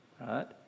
Right